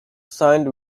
signed